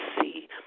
see